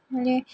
माने